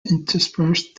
interspersed